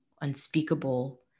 unspeakable